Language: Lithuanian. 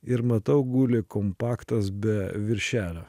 ir matau guli kompaktas be viršelio